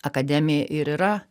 akademija ir yra